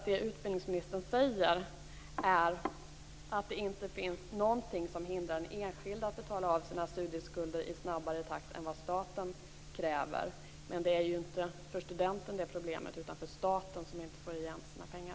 Det utbildningsministern säger är att det inte finns någonting som hindrar den enskilde att betala av sina studieskulder i snabbare takt än vad staten kräver. Men det är ju inte för studenten det utgör problem utan för staten, som inte får igen sina pengar.